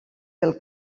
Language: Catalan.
del